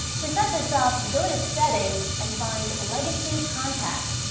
to set this up, go to settings and find legacy contact.